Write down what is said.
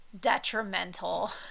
detrimental